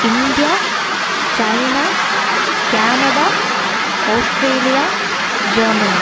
India China Canada Australia Germany